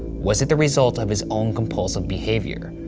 was it the result of his own compulsive behavior?